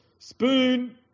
Spoon